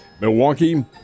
Milwaukee